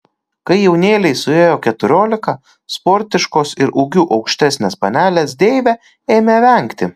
kai jaunėlei suėjo keturiolika sportiškos ir ūgiu aukštesnės panelės deivė ėmė vengti